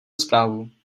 zprávu